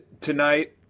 tonight